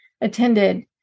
attended